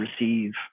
receive